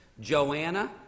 Joanna